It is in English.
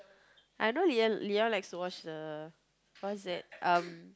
I know Leon Leon likes to watch the what's that um